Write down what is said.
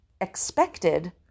expected